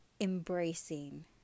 embracing